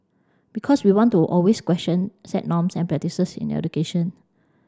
because we want to always question set norms and practices in education